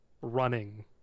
running